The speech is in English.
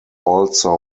also